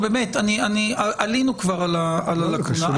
עלינו כבר על הלקונה.